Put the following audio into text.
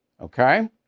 okay